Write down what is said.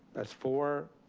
that's four.